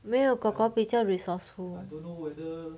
没有 kor kor 比较 resourceful